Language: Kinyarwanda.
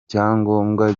cyangombwa